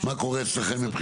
מה קורה אצלכם?